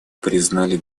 признали